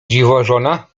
dziwożona